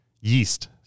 yeast